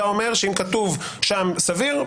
ממשלת ישראל ושרי ישראל חייבים בסבירות כלפי הציבור,